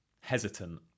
hesitant